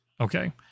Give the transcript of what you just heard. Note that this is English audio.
okay